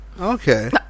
Okay